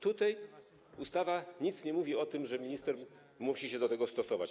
Tutaj ustawa nic nie mówi o tym, że minister musi się do tego stosować.